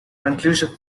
conclusive